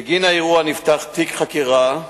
בגין האירוע נפתח תיק חקירה,